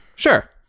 sure